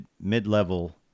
mid-level